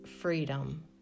freedom